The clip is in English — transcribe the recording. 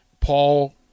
Paul